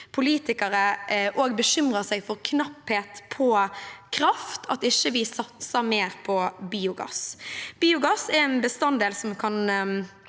politikere også bekymrer seg for knapphet på kraft, at vi ikke satser mer på biogass. Biogass er en bestanddel i en